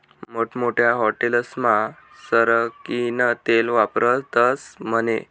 मोठमोठ्या हाटेलस्मा सरकीनं तेल वापरतस म्हने